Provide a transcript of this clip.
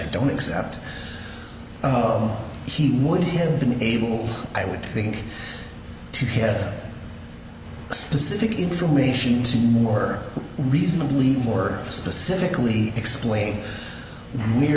i don't accept he would have been able i would think to have specific information to more reasonably more specifically explain